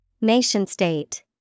Nation-state